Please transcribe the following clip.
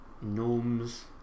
gnomes